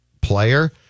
player